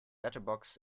letterbox